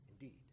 indeed